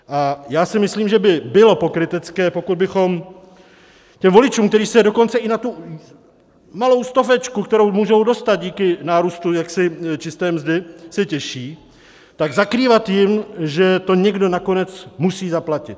A já si myslím, že by bylo pokrytecké, pokud bychom těm voličům, kteří se dokonce i na tu malou stovečku, kterou můžou dostat díky nárůstu čisté mzdy, těší, tak zakrývat jim, že to někdo nakonec musí zaplatit.